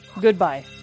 Goodbye